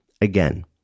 Again